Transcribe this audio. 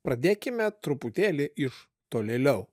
pradėkime truputėlį iš tolėliau